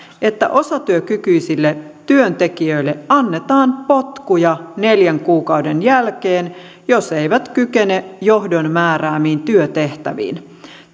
että osatyökykyisille työntekijöille annetaan potkuja neljän kuukauden jälkeen jos he eivät kykene johdon määräämiin työtehtäviin